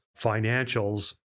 financials